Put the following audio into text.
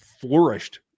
flourished